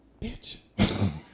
Bitch